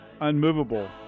unmovable